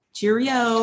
Cheerio